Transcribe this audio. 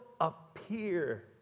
appear